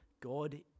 god